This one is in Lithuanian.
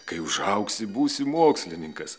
kai užaugsi būsi mokslininkas